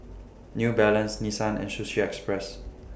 New Balance Nissan and Sushi Express